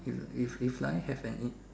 if if if life have an in